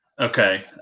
Okay